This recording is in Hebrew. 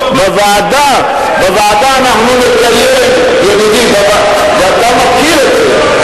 בוועדה אנחנו נקיים, ידידי, ואתה מכיר את זה,